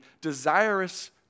desirous